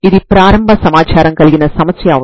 లతో మనకు కావాల్సిన పరిష్కారం అవుతుంది